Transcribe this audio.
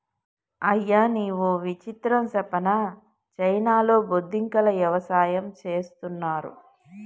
అయ్యనీ ఓ విచిత్రం సెప్పనా చైనాలో బొద్దింకల యవసాయం చేస్తున్నారు